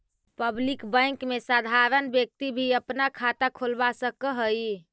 public bank में साधारण व्यक्ति भी अपना खाता खोलवा सकऽ हइ